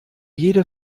jede